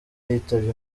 yitabye